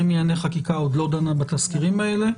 לענייני חקיקה עוד לא דנה בתזכירים האלה.